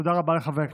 תודה רבה לחברי הכנסת.